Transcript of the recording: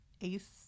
ace